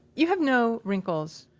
you have no wrinkles.